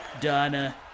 Donna